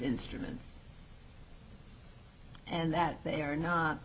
instruments and that they are not